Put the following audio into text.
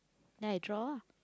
then I draw ah